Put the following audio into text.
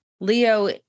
Leo